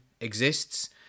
exists